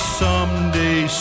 someday